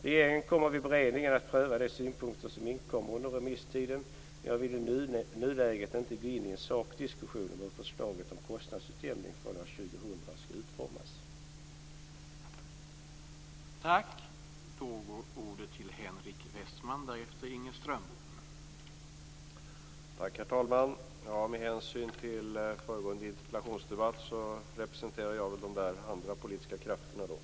Regeringen kommer vid beredningen att pröva de synpunkter som inkommer under remisstiden, men jag vill i nuläget inte gå in i en sakdiskussion om hur förslaget om kostnadsutjämning från år 2000 skall utformas.